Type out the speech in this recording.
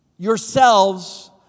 yourselves